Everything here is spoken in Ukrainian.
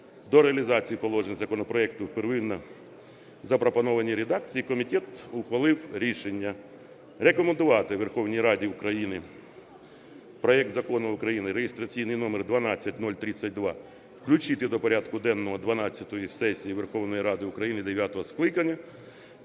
до реалізації положень законопроекту первинно запропонованій редакції комітет ухвалив рішення: рекомендувати Верховній Раді України проект Закону України реєстраційний номер 12032 включити до порядку денного дванадцятої сесії Верховної Ради України дев'ятого скликання